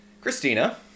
Christina